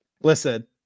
Listen